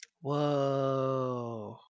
Whoa